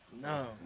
No